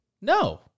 No